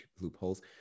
loopholes